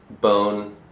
bone